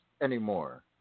anymore